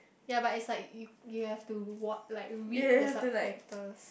ya but it's like you you have to wa~ like read the subtitles